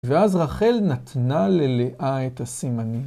ואז רחל נתנה ללאה את הסימנים.